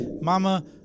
Mama